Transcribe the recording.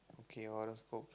okay horoscope